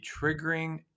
triggering